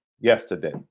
yesterday